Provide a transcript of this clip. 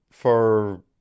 For